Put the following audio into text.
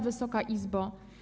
Wysoka Izbo!